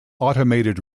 automated